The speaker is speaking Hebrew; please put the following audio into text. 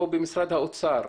או במשרד האוצר,